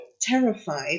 terrified